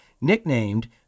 nicknamed